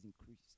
increased